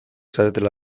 zaretela